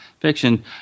fiction